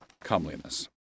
comeliness